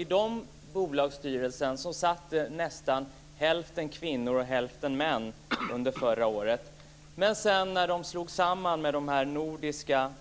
I de bolagsstyrelserna satt nästan hälften kvinnor och hälften män under förra året, men när de olika nordiska